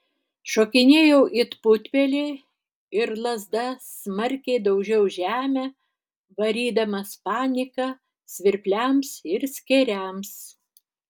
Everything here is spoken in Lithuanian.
šokinėjau it putpelė ir lazda smarkiai daužiau žemę varydamas paniką svirpliams ir skėriams